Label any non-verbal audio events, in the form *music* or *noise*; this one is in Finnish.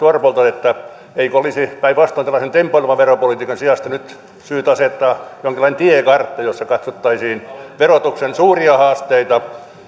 *unintelligible* orpolta eikö olisi päinvastoin tällaisen tempoilevan veropolitiikan sijasta nyt syytä asettaa jonkinlainen tiekartta jossa katsottaisiin verotuksen suuria haasteita